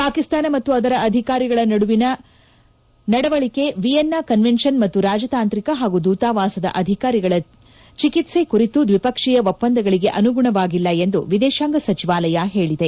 ಪಾಕಿಸ್ತಾನ ಮತ್ತು ಅದರ ಅಧಿಕಾರಿಗಳ ನಡವಳಿಕೆ ವಿಯೆನ್ನಾ ಕನ್ವೆನ್ನನ್ ಮತ್ತು ರಾಜತಾಂತ್ರಿಕ ಹಾಗೂ ದೂತಾವಾಸದ ಅಧಿಕಾರಿಗಳ ಚಿಕಿತ್ಸೆ ಕುರಿತು ದ್ವಿಪಕ್ಷೀಯ ಒಪ್ಪಂದಗಳಿಗೆ ಅನುಗುಣವಾಗಿಲ್ಲ ಎಂದು ವಿದೇಶಾಂಗ ಸಚಿವಾಲಯ ಹೇಳಿದೆ